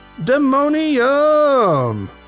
Demonium